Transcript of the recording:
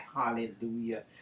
Hallelujah